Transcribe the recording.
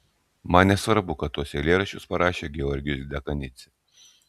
man nesvarbu kad tuos eilėraščius parašė georgijus dekanidzė